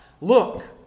Look